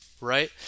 right